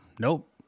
nope